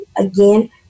again